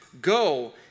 go